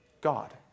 God